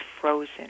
frozen